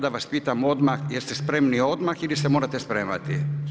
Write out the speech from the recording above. Da vas pitam odmah, jeste spremni odmah ili se morate spremati?